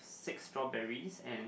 six strawberries and